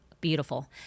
beautiful